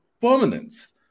permanence